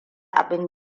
abin